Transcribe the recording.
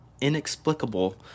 Inexplicable